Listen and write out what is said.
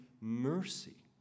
mercy